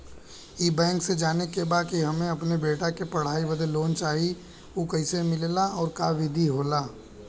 ई बैंक से जाने के बा की हमे अपने बेटा के पढ़ाई बदे लोन चाही ऊ कैसे मिलेला और का विधि होला?